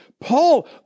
Paul